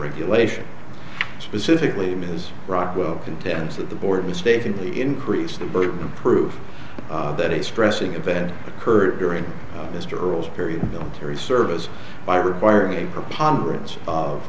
regulation specifically ms rockwell contends that the board mistakenly increase the burden of proof that is stressing event occurred during mr earles period of military service by requiring a preponderance of